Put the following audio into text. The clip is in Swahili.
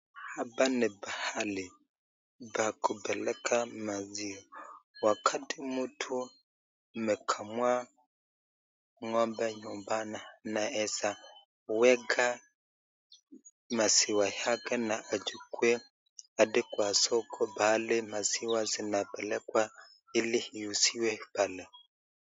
Hapa ni pahali pa kupeleka maziwa, wakati mtu amekamua ng'ombe nyumbani anaeza weka maziwa yake na achukue hadi kwa soko pahali maziwa zinapelekwa ili ziuziwe pale.